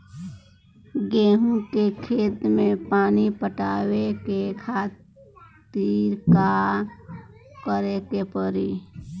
गेहूँ के खेत मे पानी पटावे के खातीर का करे के परी?